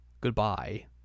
Goodbye